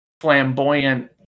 Flamboyant